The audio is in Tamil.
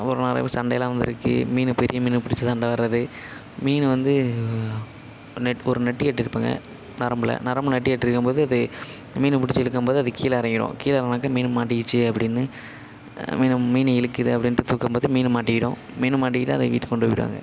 அப்பறம் நிறைய பேருக்கு சண்டையெல்லாம் வந்திருக்கு மீன் பெரிய மீனை பிடிச்சி சண்டை வர்றது மீன் வந்து நெட் ஒரு நெட் கட்டிருப்பாங்க நரம்பில் நரம்பில் நெட் கட்டிருக்கும்போது அது மீனை பிடிச்சி இழுக்கும்போது அது கீழே எறங்கிடும் கீழ எறங்குனாக்கா மீன் மாட்டிக்கிச்சி அப்புடின்னு மீன் மீன் இழுக்குது அப்டின்ட்டு தூக்கம்போது மீன் மாட்டிக்கிடும் மீன் மாட்டிக்கிட்டா அத வீட்டுக்கு கொண்டு போயிடுவாங்க